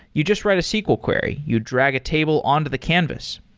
you just write a sql query. you drag a table onto the canvas.